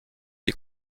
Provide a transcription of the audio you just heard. des